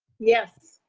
yes.